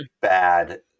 bad